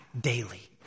daily